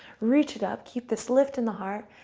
reach it up, keep this lift in the heart,